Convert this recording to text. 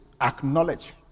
acknowledge